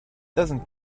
doesn’t